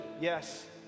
yes